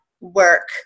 work